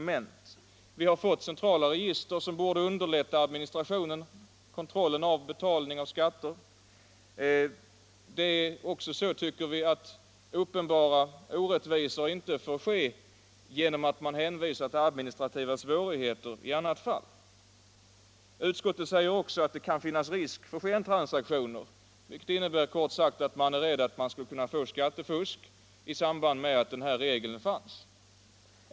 Det finns nu centrala register som borde underlätta kontrollen av betalning av skatter. Vi tycker också att uppenbara orättvisor inte får bestå med hänvisning till administrativa svårigheter. Utskottet säger också att det kan finnas risk för skentransaktioner, vilket kort sagt innebär skattefusk, i samband med denna regel.